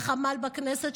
לחמ"ל בכנסת,